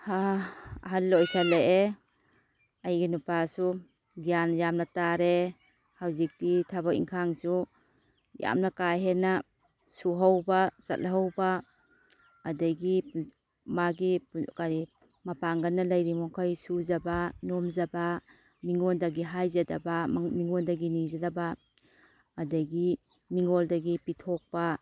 ꯑꯍꯜ ꯑꯣꯏꯁꯤꯜꯂꯛꯑꯦ ꯑꯩꯒꯤ ꯅꯨꯄꯥꯁꯨ ꯒ꯭ꯌꯥꯟ ꯌꯥꯝꯅ ꯇꯥꯔꯦ ꯍꯧꯖꯤꯛꯇꯤ ꯊꯕꯛ ꯏꯟꯈꯥꯡꯁꯨ ꯌꯥꯝꯅ ꯀꯥ ꯍꯦꯟꯅ ꯁꯨꯍꯧꯕ ꯆꯠꯍꯧꯕ ꯑꯗꯒꯤ ꯃꯥꯒꯤ ꯀꯔꯤ ꯃꯄꯥꯡꯒꯟꯅ ꯂꯩꯔꯤꯕ ꯃꯈꯩ ꯁꯨꯖꯕ ꯅꯣꯝꯖꯕ ꯃꯤꯉꯣꯟꯗꯒꯤ ꯍꯥꯏꯖꯗꯕ ꯃꯤꯉꯣꯟꯗꯒꯤ ꯅꯤꯖꯗꯕ ꯑꯗꯒꯤ ꯃꯤꯉꯣꯟꯗꯒꯤ ꯄꯤꯊꯣꯛꯄ